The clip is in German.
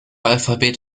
alphabet